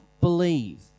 believe